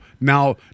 now